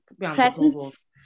Presence